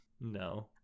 No